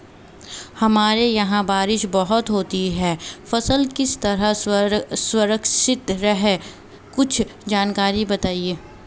हमारे यहाँ बारिश बहुत होती है फसल किस तरह सुरक्षित रहे कुछ जानकारी बताएं?